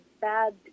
bad